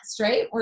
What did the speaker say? right